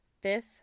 fifth